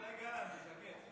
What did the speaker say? אולי גלנט, הוא שקט.